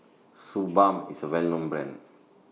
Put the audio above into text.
Suu Balm IS A Well known Brand